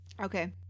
Okay